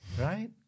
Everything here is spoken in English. Right